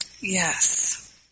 Yes